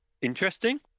Interesting